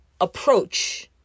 approach